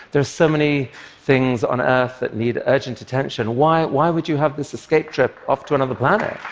there are so many things on earth that need urgent attention. why why would you have this escape trip off to another planet?